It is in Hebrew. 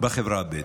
בחברה הבדואית.